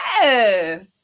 Yes